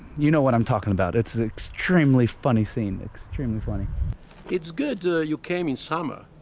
you know what i'm talking about it's extremely funny scene extremely funny it's good you came in summer,